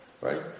Right